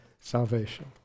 salvation